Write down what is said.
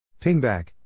Pingback